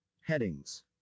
Headings